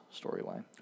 storyline